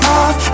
off